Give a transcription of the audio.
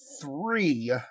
three